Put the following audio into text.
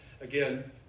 again